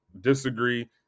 disagree